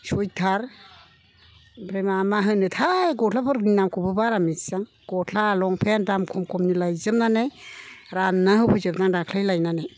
सुइटार ओमफ्राय मा मा होनोथाय गस्लाफोरनि नामखौबो बारा मिथियां गस्ला लंपेन्ट दाम खम खमनि लायजोबनानै रानना होफैजोबदां दाख्लि लायनानै